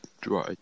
dry